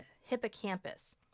hippocampus